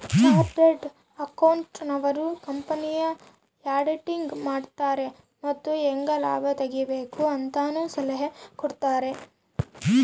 chartered accountant ನವರು ಕಂಪನಿಯ auditing ಮಾಡುತಾರೆ ಮತ್ತು ಹೇಗೆ ಲಾಭ ತೆಗಿಬೇಕು ಅಂತನು ಸಲಹೆ ಕೊಡುತಾರೆ